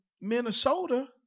Minnesota